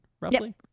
Roughly